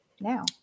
now